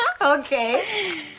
Okay